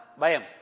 Bayam